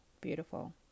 beautiful